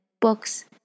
books